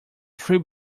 three